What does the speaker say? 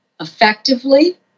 effectively